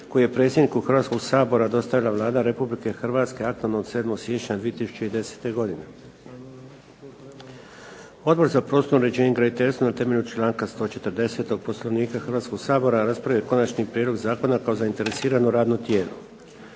koji je predsjedniku Hrvatskog sabora dostavila Vlada Republike Hrvatske aktom od 7. siječnja 2010. godine. Odbor za prostorno uređenje i graditeljstvo na temelju čl. 140. Poslovnika Hrvatskog sabora raspravio je konačni prijedlog zakona kao zainteresirano radno tijelo.